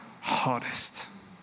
hardest